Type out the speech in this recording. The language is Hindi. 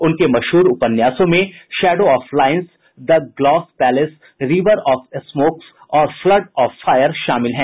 उनके मशहूर उपन्यासों में shadow of lines the glass palace river of smokes और फ्लड ऑफ फायर शामिल हैं